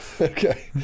Okay